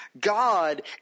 God